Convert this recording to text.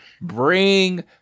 bring